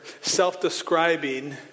self-describing